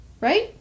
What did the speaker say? right